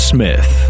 Smith